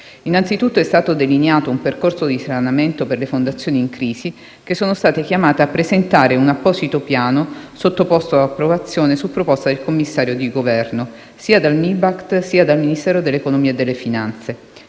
Innanzitutto, è stato delineato un percorso di risanamento per le fondazioni in crisi, che sono state chiamate a presentare un apposito piano, sottoposto ad approvazione - su proposta del commissario di Governo - sia del MIBACT sia del Ministero dell'economia e delle finanze.